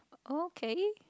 okay